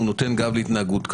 הוא נותן גב להתנהגות כזו.